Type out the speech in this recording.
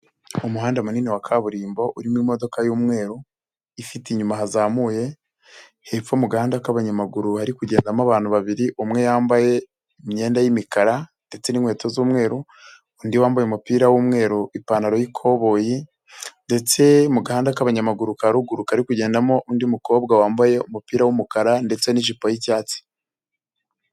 Umuhanda munini wa kaburimbo urimo imodoka y'umweru ifite inyuma hazamuye hepfo mu gahandada k'abanyamaguru hari kugendamo abantu babiri umwe yambaye imyenda y'imikara ndetse n'inkweto z'umweru undi wambaye umupira w'umweru ipantaro y'ikoboyi ndetse mu gahanda k'abanyamaguru ka ruguru kari kugendamo undi mukobwa wambaye umupira wumukara ndetse n'ijipo yicyatsi.